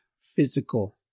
physical